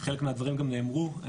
וחלק מהדברים גם נאמרו.